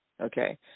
Okay